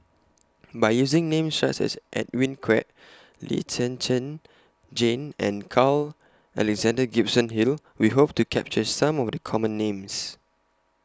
By using Names such as Edwin Koek Lee Zhen Zhen Jane and Carl Alexander Gibson Hill We Hope to capture Some of The Common Names